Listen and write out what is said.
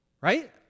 Right